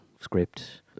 script